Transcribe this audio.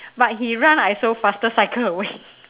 but he run I also faster cycle away